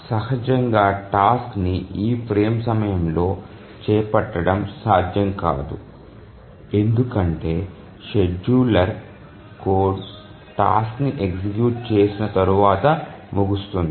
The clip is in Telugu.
సహజంగానే టాస్క్ ని ఈ ఫ్రేమ్ సమయంలో చేపట్టడం సాధ్యం కాదు ఎందుకంటే షెడ్యూలర్ కోడ్ టాస్క్ ని ఎగ్జిక్యూట్ చేసిన తరువాత ముగుస్తుంది